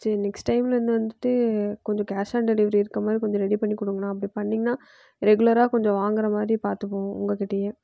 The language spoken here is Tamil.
சரி நெஸ்ட் டைமில் இருந்து வந்துட்டு கொஞ்சம் கேஷ் ஆன் டெலிவரி இருக்கற மாதிரி கொஞ்சம் ரெடி பண்ணி கொடுங்க அண்ணா அப்படி பண்ணிங்கன்னால் ரெகுலராக கொஞ்சம் வாங்குகிற மாதிரி பார்த்துப்போம் உங்கள் கிட்டேயே